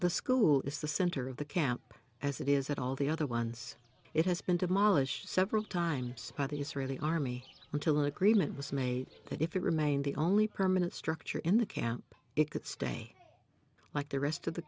the school is the center of the camp as it is at all the other once it has been demolished several times by the israeli army until an agreement was made that if it remained the only permanent structure in the camp it could stay like the rest of the